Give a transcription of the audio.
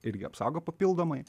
irgi apsaugo papildomai